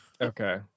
Okay